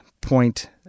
point